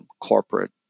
corporate